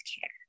care